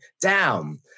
down